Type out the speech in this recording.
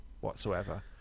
whatsoever